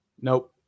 Nope